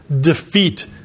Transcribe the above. defeat